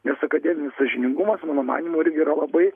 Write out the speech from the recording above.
nes akademinis sąžiningumas mano manymu irgi yra labai